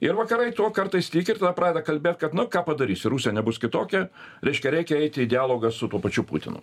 ir vakarai tuo kartais tiki ir tada pradeda kalbėt kad nu ką padarysi rusija nebus kitokia reiškia reikia eiti į dialogą su tuo pačiu putinu